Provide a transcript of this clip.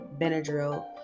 Benadryl